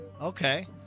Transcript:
Okay